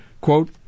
quote